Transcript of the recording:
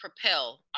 propel